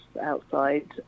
outside